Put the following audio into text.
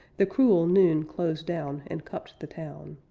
the cruel noon closed down and cupped the town.